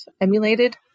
emulated